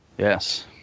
Yes